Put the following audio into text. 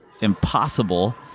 impossible